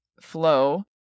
flow